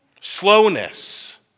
slowness